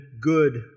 good